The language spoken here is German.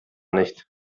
nicht